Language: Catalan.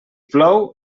plou